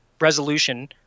resolution